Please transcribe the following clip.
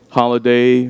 holiday